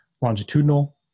longitudinal